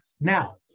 Now